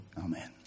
Amen